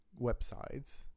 websites